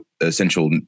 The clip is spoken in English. essential